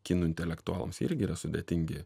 kinų intelektualams jie irgi yra sudėtingi